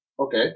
Okay